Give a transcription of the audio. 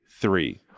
three